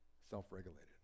Self-regulated